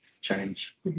Change